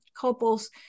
couples